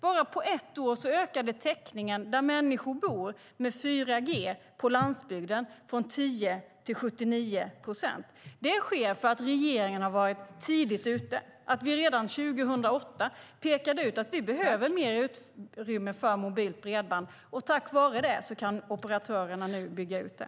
På bara ett år ökade täckningen där människor bor med 4G på landsbygden från 10 till 79 procent. Det sker för att regeringen har varit tidigt ute. Redan 2008 pekade vi på att vi behöver mer utrymme för mobilt bredband. Tack vare det kan operatörerna nu bygga ut det.